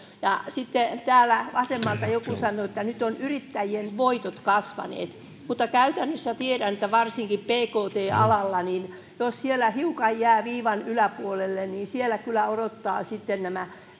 sitten täällä vasemmalta joku sanoi että nyt ovat yrittäjien voitot kasvaneet mutta käytännössä tiedän että varsinkin pkt alalla jos siellä hiukan jää viivan yläpuolelle siellä kyllä odottavat